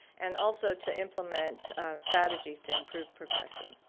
and also to implement strategies to improve progression.